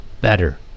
better